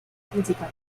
principal